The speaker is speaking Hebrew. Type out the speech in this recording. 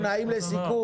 עכשיו אנחנו נעים לסיכום.